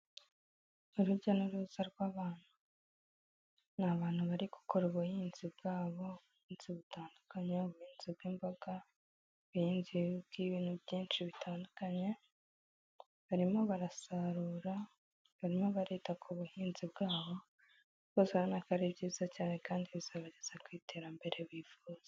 Urujya n'uruza rw'abantu. Ni abantu bari gukora ubuhinzi bwabo, ubuhinzi butandukanye, ubuhinzi bw'imboga, ubuhinzibw'ibintu byinshi bitandukanye, barimo barasarura, barimo barita ku buhinzi bwabo, rwose urabona ko ari byiza cyane kandi bizabageza ku iterambere bifuza.